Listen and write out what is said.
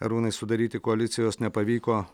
arūnai sudaryti koalicijos nepavyko